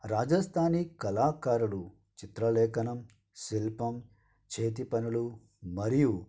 రాజస్థానీ కళాకారుడు చిత్రలేఖనం శిల్పం చేతి పనులు మరియు